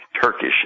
Turkish